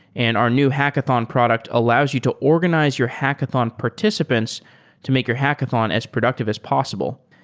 and our new hackathon product allows you to organize your hackathon participants to make your hackathon as productive as possible.